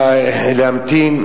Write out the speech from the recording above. להמתין,